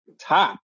top